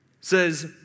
says